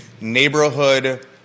neighborhood